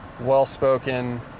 well-spoken